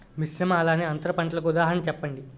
మిశ్రమ అలానే అంతర పంటలకు ఉదాహరణ చెప్పండి?